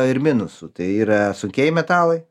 ir minusų tai yra sunkieji metalai